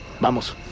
Vamos